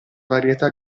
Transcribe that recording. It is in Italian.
varietà